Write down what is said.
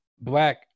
Black